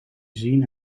zien